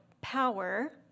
power